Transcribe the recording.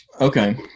okay